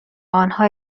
آنها